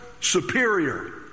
superior